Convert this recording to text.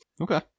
Okay